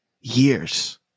years